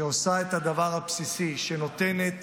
שעושה את הדבר הבסיסי, שנותנת